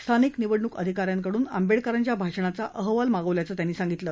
स्थानिक निवडणूक अधिका यांकडून आंबेडकरांच्या भाषणाचा अहवाल मागवल्याचं त्यांनी सांगितलं